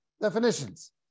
definitions